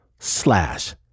slash